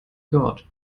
god